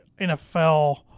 NFL